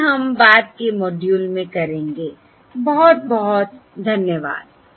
यह हम बाद के मॉड्यूल में करेंगे बहुत बहुत धन्यवाद